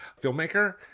filmmaker